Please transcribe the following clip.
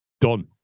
Done